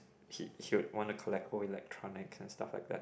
he he would want to collect old electronics and stuff like that